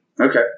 Okay